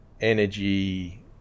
energy